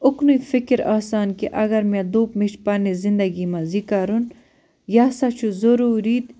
اُکنُے فِکِر آسان کہِ اگر مےٚ دوٚپ مےٚ چھُ پَنٕنہِ زِنٛدگی منٛز یہِ کَرُن یہِ ہسا چھُ ضروٗری